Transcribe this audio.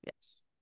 Yes